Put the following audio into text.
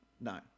No